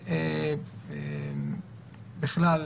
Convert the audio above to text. בכלל,